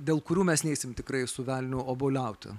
dėl kurių mes neisime tikrai su velniu obuoliauti